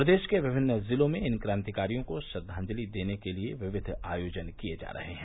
प्रदेश के विभिन्न जिलों में इन क्रांतिकारियों को श्रद्वांजलि देने के लिये विविध आयोजन किये जा रहे हैं